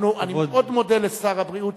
אני מאוד מודה לשר הבריאות,